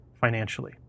financially